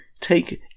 take